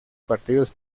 partidos